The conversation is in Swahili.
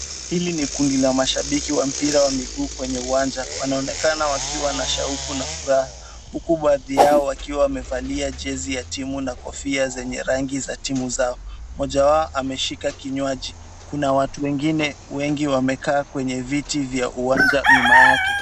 Hili ni kundi la mashabiki wa Mpira wa miguu kwenye uwanja .Wanaonekana wakiwa na shauku na furaha. Huku baadhi yao wakiwa wamevalia jezi ya timu na kofia zenye rangi za timu zao. Mmoja wao ameshika kinywaji. Kuna watu wengine wengi wamekaa kwenye viti vya uwanja nyuma yake.